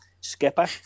Skipper